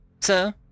sir